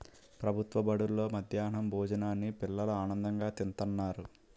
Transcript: ప్రభుత్వ బడుల్లో మధ్యాహ్నం భోజనాన్ని పిల్లలు ఆనందంగా తింతన్నారు